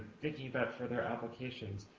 thinking about further applications.